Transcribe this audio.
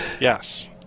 Yes